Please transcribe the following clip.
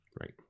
right